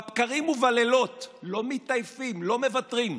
בבקרים ובלילות, לא מתעייפים, לא מוותרים.